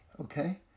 okay